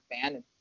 fan